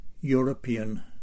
European